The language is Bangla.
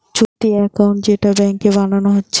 চলতি একাউন্ট যেটা ব্যাংকে বানানা হচ্ছে